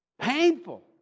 Painful